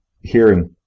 hearing